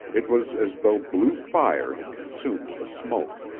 it was as though blue fire had consumed the smoke.